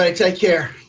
like take care.